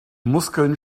muskeln